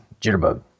Jitterbug